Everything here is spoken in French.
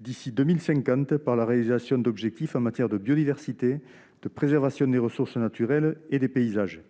d'ici à 2050 par la réalisation d'objectifs en matière de biodiversité et de préservation des ressources naturelles et des paysages.